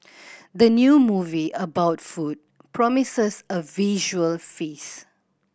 the new movie about food promises a visual feast